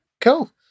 Cool